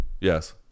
yes